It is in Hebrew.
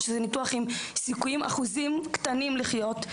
הוא עם סיכויים קטנים להמשיך ולחיות.